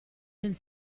del